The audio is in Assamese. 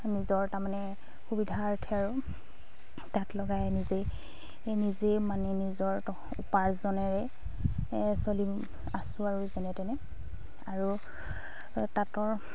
নিজৰ তাৰমানে সুবিধাৰ্থে আৰু তাঁত লগাই নিজেই নিজেই মানে নিজৰ উপাৰ্জনেৰে চলি আছোঁ আৰু যেনে তেনে আৰু তাঁতৰ